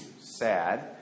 sad